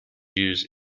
use